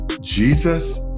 Jesus